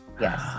Yes